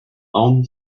own